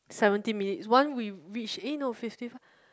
seventeen minutes one we reach eh no fifty fi~